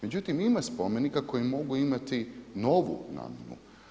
Međutim, ima spomenika koji mogu imati novu namjenu.